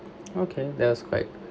okay that was great